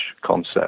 concept